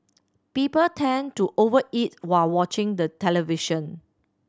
people tend to over eat while watching the television